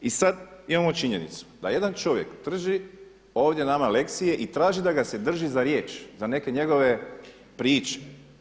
I sada imamo činjenicu, da jedan čovjek drži ovdje nama lekcije i traži da ga se drži za riječ za neke njegove priče.